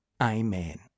Amen